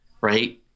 Right